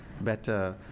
better